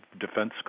defense